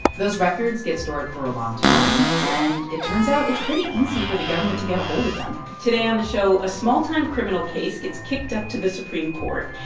those records get stored for a long time, and it turns out, it's pretty easy for the government to get a hold of them today on the show, a small-time criminal case gets kicked up to the supreme court.